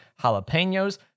jalapenos